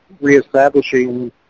reestablishing